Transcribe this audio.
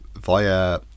via